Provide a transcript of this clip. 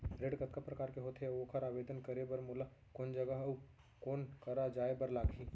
ऋण कतका प्रकार के होथे अऊ ओखर आवेदन करे बर मोला कोन जगह अऊ कोन करा जाए बर लागही?